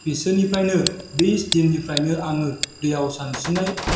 बिसोरनिफ्राय बे दिननिफ्रायनो आङो दैयाव सानस्रिनाय